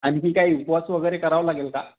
आणखी काही उपवास वगैरे करावं लागेल का